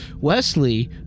wesley